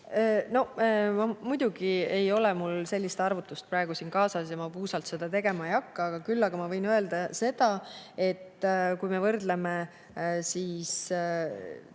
on. Muidugi ei ole mul sellist arvutust praegu siin kaasas ja ma puusalt [tulistama] ei hakka. Küll aga ma võin öelda seda, et kui me võrdleme toetusi